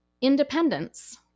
independence